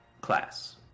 class